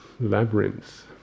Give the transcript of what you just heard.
labyrinths